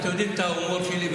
אתם מכירים את ההומור שלי,